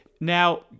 Now